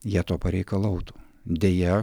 jie to pareikalautų deja